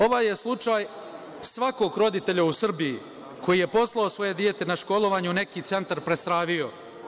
Ovaj slučaj je svakog roditelja u Srbiji koji je poslao svoje dete na školovanje u neki centar prestravio.